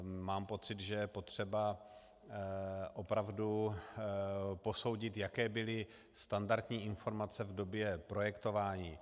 Mám pocit, že je potřeba opravdu posoudit, jaké byly standardní informace v době projektování.